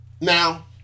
Now